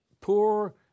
poor